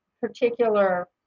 particular